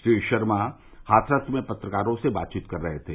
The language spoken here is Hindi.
श्री शर्मा हाथरस में पत्रकारों से बातचीत कर रहे थे